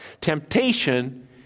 Temptation